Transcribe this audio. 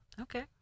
Okay